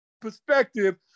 perspective